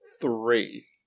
Three